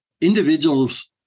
individuals